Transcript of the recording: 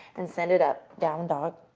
and send it up, down dog.